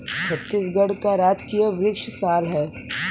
छत्तीसगढ़ का राजकीय वृक्ष साल है